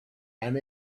and